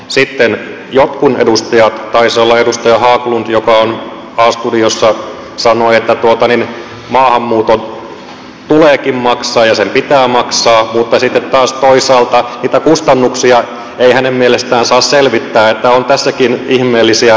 sitten joku edustaja taisi olla edustaja haglund on a studiossa sanonut että maahanmuuton tuleekin maksaa ja sen pitää maksaa mutta sitten taas toisaalta niitä kustannuksia ei hänen mielestään saa selvittää niin että on tässäkin ihmeellisiä näkökantoja